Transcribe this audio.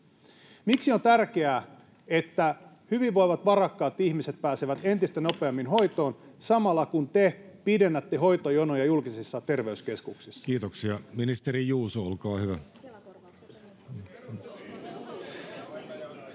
miksi on tärkeää, että hyvinvoivat, varakkaat ihmiset pääsevät entistä nopeammin hoitoon, samalla kun te pidennätte hoitojonoja julkisissa terveyskeskuksissa? [Speech 4] Speaker: Jussi Halla-aho